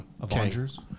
Avengers